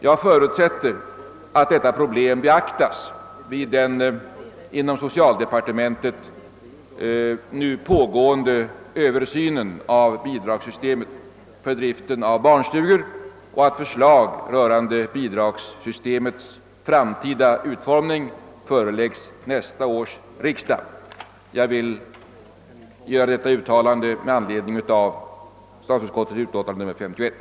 Jag förutsätter att detta problem beaktas vid den inom socialdepartementet nu pågående översynen av bidragssystemet för driften av barnstugor och att förslag rörande bidragssystemets framtida utformning föreläggs nästa års riksdag. Jag vill göra detta uttalande med anledning av statsutskottets utlåtande nr 51.